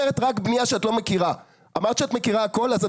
קודם כול, את אומרת שאנחנו לא עושים בתעשייה, וזה